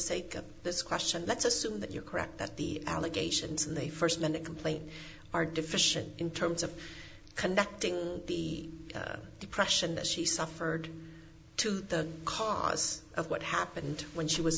sake of this question let's assume that you're correct that the allegations and they first met a complaint are deficient in terms of connecting the depression that she suffered to the cause of what happened when she was